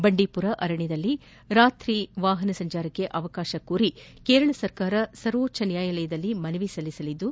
ಬಂಡೀಪುರ ಅರಣ್ಯದಲ್ಲಿ ರಾತ್ರಿವಾಹನ ಸಂಚಾರಕ್ಕೆ ಅವಕಾಶ ಕೋರಿ ಕೇರಳ ಸರ್ಕಾರ ಸವೋಚ್ನ ನ್ಯಾಯಾಲಯದಲ್ಲಿ ಮನವಿ ಸಲ್ಲಿಸಲಿದ್ದು